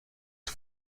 had